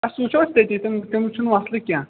ٲں سُہ وُچھو أسۍ تٔتی تِم تِم چھِنہٕ مسلہٕ کیٚنٛہہ